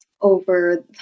over